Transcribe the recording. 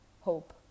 hope